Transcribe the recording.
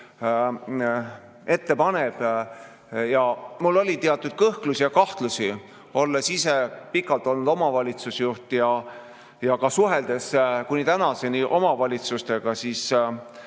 ette paneb, siis mul oli teatud kõhklusi ja kahtlusi. Olles ise pikalt olnud omavalitsusjuht ja ka olles kuni tänaseni suhelnud omavalitsustega, ma